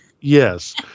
Yes